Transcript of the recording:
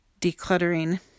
decluttering